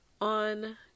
on